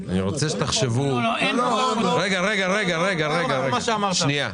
אני רוצה שתחשבו --- תחזור בך ממה שאמרת.